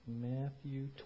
Matthew